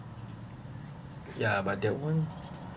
yeah but their own